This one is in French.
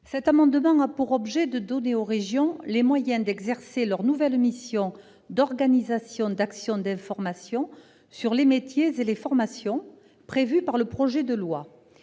Cet amendement a pour objet de donner aux régions les moyens d'exercer leur nouvelle mission d'organisation d'actions d'information sur les métiers et les formations, prévue par le projet de loi.